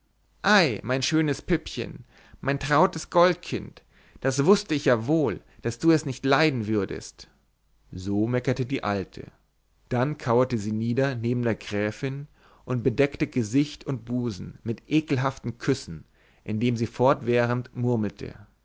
ei mein schönes püppchen mein trautes goldkind das wußt ich ja wohl daß du es nicht leiden würdest so meckerte die rote alte dann kauerte sie nieder neben der gräfin und bedeckte gesicht und busen mit ekelhaften küssen indem sie fortwährend murmelte